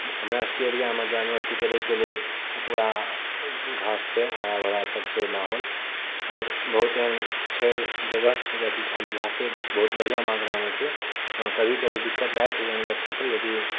हमरा सभके एरियामे जनवके चरैके लेल पुरा घास छै हरा भरा छै सभ माहौल आओर बहुत एहन छै जगह जतऽ कि खाली घासे बहुत मात्रामे छै हँ कभी कभी दिक्कत भऽ जाइ छै जानवर सभके यदि